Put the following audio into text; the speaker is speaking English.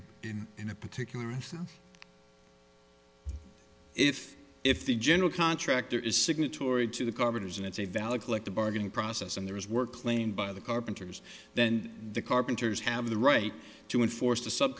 i in in a particular if if the general contractor is signatory to the governors and it's a valid collective bargaining process and there is work claimed by the carpenters then the carpenters have the right to enforce the sub